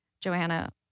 Joanna